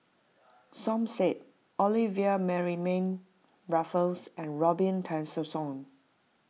Som Said Olivia Mariamne Raffles and Robin Tessensohn